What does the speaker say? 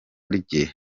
rye